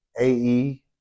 AE